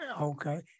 Okay